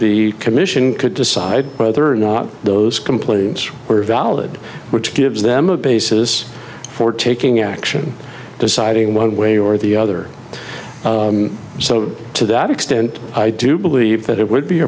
commission could decide whether or not those complaints were valid which gives them a basis for taking action deciding one way or the other so to that extent i do believe that it would be